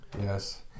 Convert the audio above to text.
yes